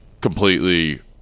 completely